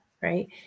right